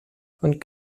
von